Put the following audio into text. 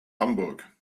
hamburg